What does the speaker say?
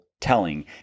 telling